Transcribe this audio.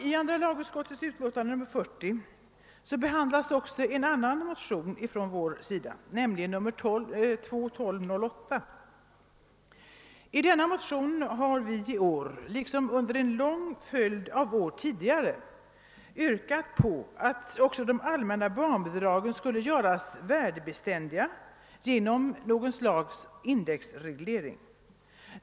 I andra lagutskottets utlåtande nr 40 behandlas också en annan vpk-motion, II: 1208. Vi har där i år liksom vi gjort under en lång följd av tidigare år yrkat på att de allmänna barnbidragen skulle göras värdebeständiga genom någon form av indexreglering.